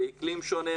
באקלים שונה,